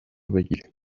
بگیریم